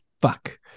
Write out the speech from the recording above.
fuck